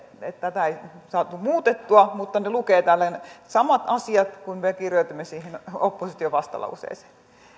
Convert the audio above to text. että tätä ei saatu muutettua vaikka täällä lukee ne samat asiat kuin me kirjoitimme siihen opposition vastalauseeseen